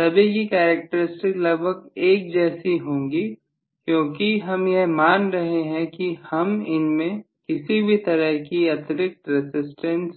सभी की कैरेक्टरिस्टिक लगभग एक जैसी होंगी क्योंकि हम यह मान रहे हैं कि हम इसमें किसी भी तरह की अतिरिक्त रसिस्टेंस